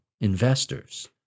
investors